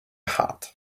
heart